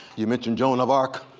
you mention joan of arc,